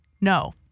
No